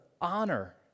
honor